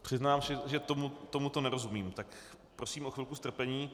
Přiznám se, že tomuto nerozumím, tak prosím o chvilku strpení.